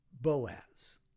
Boaz